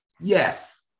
Yes